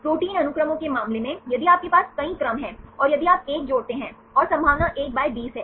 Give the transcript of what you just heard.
protein अनुक्रमों के मामले में यदि आपके पास कई क्रम हैं और यदि आप 1 जोड़ते हैं और संभावना 1 बाय 20 है